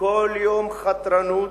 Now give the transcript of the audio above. כל יום חתרנות,